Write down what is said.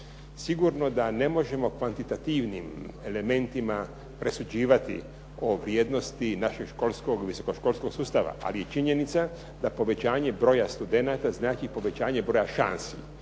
Sigurno da ne možemo kvantitativnim elementima prosuđivati o vrijednosti, našeg školskog, visokoškolskog sustava ali je činjenica da povećanje broja studenata znači povećanje broja šansi